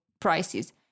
prices